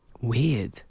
weird